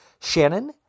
Shannon